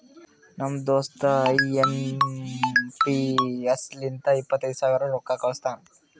ನಮ್ ದೋಸ್ತ I M P S ಲಿಂತ ಇಪ್ಪತೈದು ಸಾವಿರ ರೊಕ್ಕಾ ಕಳುಸ್ತಾನ್